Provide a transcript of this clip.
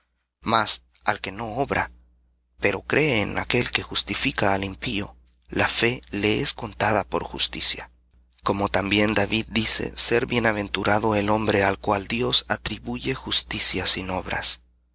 mas al que no obra pero cree en aquél que justifica al impío la fe le es contada por justicia como también david dice ser bienaventurado el hombre al cual dios atribuye justicia sin obras